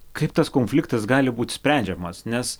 kaip tas konfliktas gali būt sprendžiamas nes